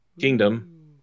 Kingdom